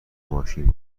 ماشین